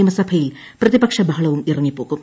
നിയമസഭയിൽ പ്രതിപക്ഷി ബ്ഹളവും ഇറങ്ങിപ്പോക്കും